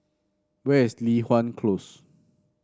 where is Li Hwan Close